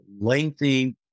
lengthy